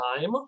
time